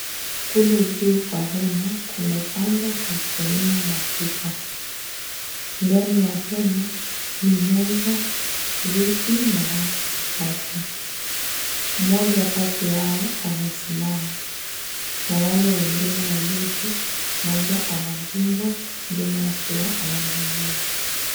Kule juu kwa hema kumepambwa kutumia maputo, ndani ya hema, ni meza, viti, na Watu watatu, mmoja kati yao amesimama, na wale wenginne wawili, mmoja anadungwa, mwingine akiwa anadungana.